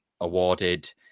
awarded